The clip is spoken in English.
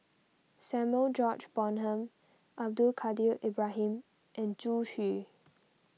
Samuel George Bonham Abdul Kadir Ibrahim and Zhu Xu